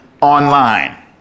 online